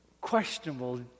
questionable